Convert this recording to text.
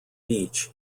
beach